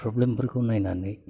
फ्रब्लेमफोरखौ नायनानै